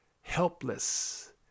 helpless